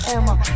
Emma